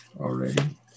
already